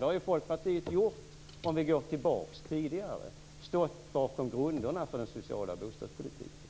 Det har Folkpartiet gjort tidigare. Man har stått bakom grunderna för den sociala bostadspolitiken.